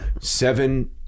seven